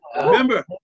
Remember